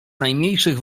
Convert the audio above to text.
najmniejszych